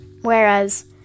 whereas